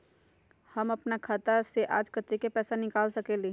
हम अपन खाता से आज कतेक पैसा निकाल सकेली?